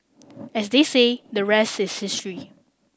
as they say the rest is history